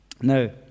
Now